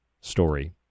story